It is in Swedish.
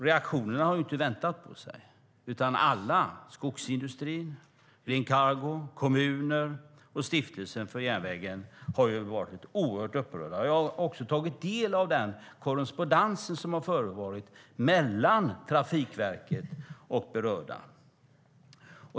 Reaktionerna har inte väntat på sig. Alla - skogsindustrin, Green Cargo, kommuner och stiftelsen för järnvägen - har varit oerhört upprörda. Jag har också tagit del av den korrespondens som har förevarit mellan Trafikverket och de berörda.